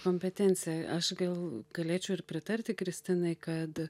kompetencija aš gal galėčiau ir pritarti kristinai kad